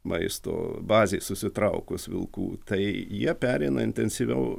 maisto bazei susitraukus vilkų tai jie pereina intensyviau